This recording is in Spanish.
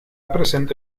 presente